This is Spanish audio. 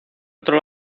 otro